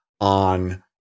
on